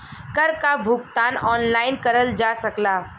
कर क भुगतान ऑनलाइन करल जा सकला